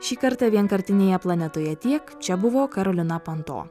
šį kartą vienkartinėje planetoje tiek čia buvo karolina panto